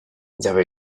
there